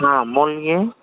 ہاں بولیے